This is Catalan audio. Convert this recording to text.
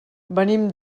venim